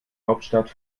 hauptstadt